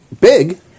Big